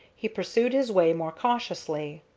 he pursued his way more cautiously.